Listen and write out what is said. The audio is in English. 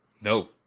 No